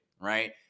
right